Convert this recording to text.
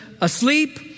asleep